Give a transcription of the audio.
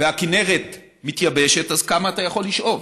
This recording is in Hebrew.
והכינרת מתייבשת, אז כמה אתה יכול לשאוב?